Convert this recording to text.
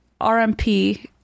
RMP